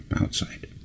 outside